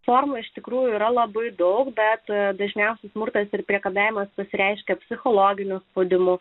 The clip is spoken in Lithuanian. forma iš tikrųjų yra labai daug bet dažniausiai smurtas ir priekabiavimas pasireiškia psichologiniu spaudimu